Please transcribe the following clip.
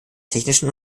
technischen